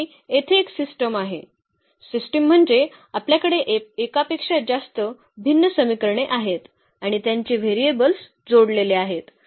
तर ही येथे एक सिस्टीम आहे सिस्टीम म्हणजे आपल्याकडे एकापेक्षा जास्त भिन्न समीकरणे आहेत आणि त्यांचे व्हेरिएबल्स जोडलेले आहेत